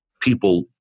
People